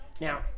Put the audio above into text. Now